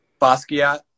Basquiat